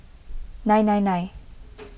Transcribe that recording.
nine nine nine